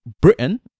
Britain